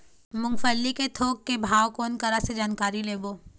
मूंगफली के थोक के भाव कोन करा से जानकारी लेबो?